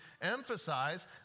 emphasize